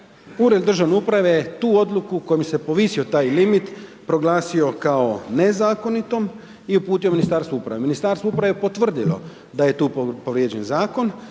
Ured državne uprave je tu odluku kojom se povisio taj limit proglasio kao nezakonitom i uputio Ministarstvu uprave. Ministarstvo uprave je potvrdilo da je tu povrijeđen zakon